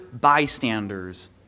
bystanders